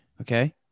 Okay